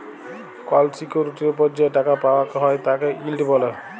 call সিকিউরিটির ওপর যে টাকা পাওয়াক হ্যয় তাকে ইল্ড ব্যলে